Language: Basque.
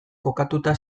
kokatuta